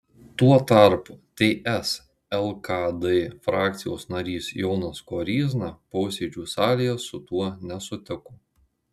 tuo tarpu ts lkd frakcijos narys jonas koryzna posėdžių salėje su tuo nesutiko